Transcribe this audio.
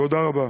תודה רבה.